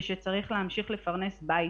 ושצריך להמשיך לפרנס בית,